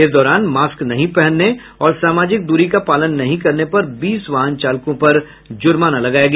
इस दौरान मास्क नहीं पहनने और सामाजिक दूरी का पालन नहीं करने पर बीस वाहन चालकों पर जुर्माना लगाया गया